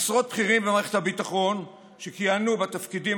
עשרות בכירים במערכת הביטחון שכיהנו בתפקידים